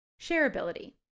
Shareability